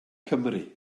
cymru